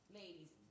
ladies